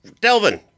Delvin